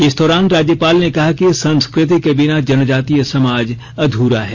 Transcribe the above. इस दौरान राज्यपाल ने कहा कि संस्कृति के बिना जनजातीय समाज अधुरा है